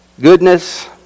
goodness